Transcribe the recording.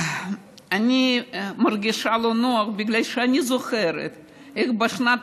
אני מרגישה לא נוח בגלל שאני זוכרת איך בשנת